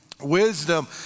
wisdom